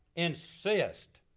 insist